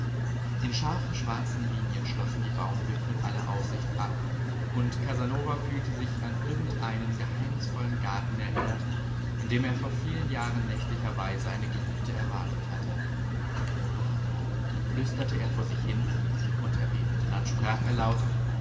in scharfen schwarzen linien schlossen die baumwipfel alle aussicht ab und casanova fühlte sich an irgendeinen geheimnisvollen garten erinnert in dem er vor vielen jahren nächtlicherweise eine geliebte erwartet hatte murano flüsterte er vor sich hin und erbebte dann sprach er laut